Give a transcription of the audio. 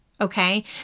okay